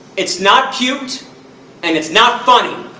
it's not cute and it's not funny!